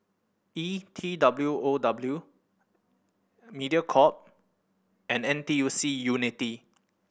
E T W O W Mediacorp and N T U C Unity